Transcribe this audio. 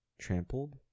trampled